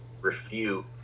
refute